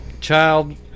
child